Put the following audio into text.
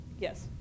Yes